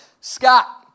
Scott